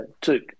Took